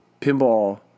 pinball